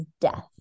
death